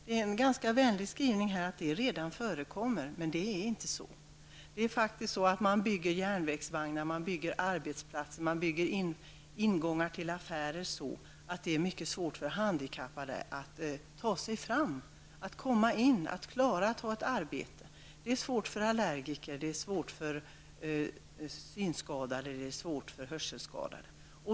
Det är inte så som det så vänligt skrivs, att det redan förekommer. Man bygger faktiskt järnvägsvagnar, arbetsplatser och ingångar till affärer på ett sådant sätt att det är mycket svårt för handikappade att ta sig fram, komma in eller kunna ta ett arbete. Det är svårt för allergiker, synskadade och hörselskadade.